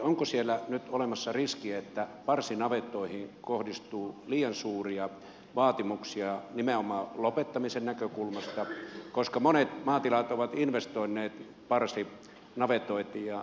onko siellä nyt olemassa riski että parsinavettoihin kohdistuu liian suuria vaatimuksia nimenomaan lopettamisen näkökulmasta koska monet maatilat ovat investoineet parsinavetoihin